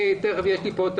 יש לי כאן את